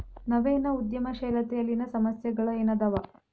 ನವೇನ ಉದ್ಯಮಶೇಲತೆಯಲ್ಲಿನ ಸಮಸ್ಯೆಗಳ ಏನದಾವ